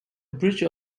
bridge